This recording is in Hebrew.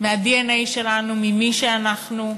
מהדנ"א שלנו, ממי שאנחנו,